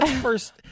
first